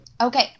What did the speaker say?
Okay